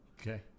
Okay